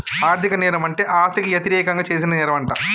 ఆర్ధిక నేరం అంటే ఆస్తికి యతిరేకంగా చేసిన నేరంమంట